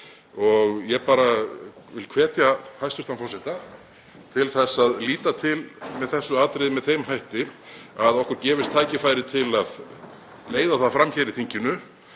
er. Ég vil hvetja hæstv. forseta til þess að líta til með þessu atriði með þeim hætti að okkur gefist tækifæri til að leiða það fram hér í þinginu